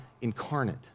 incarnate